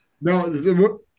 no